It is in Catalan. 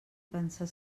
pensar